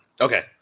okay